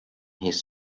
his